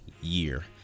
year